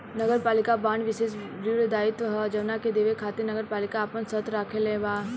नगरपालिका बांड विशेष ऋण दायित्व ह जवना के देवे खातिर नगरपालिका आपन शर्त राखले बा